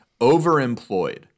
Overemployed